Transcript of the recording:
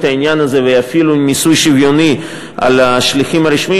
העניין הזה ויפעילו מיסוי שוויוני של השליחים הרשמיים.